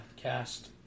Cast